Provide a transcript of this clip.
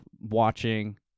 watching